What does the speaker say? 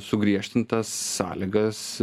sugriežtintas sąlygas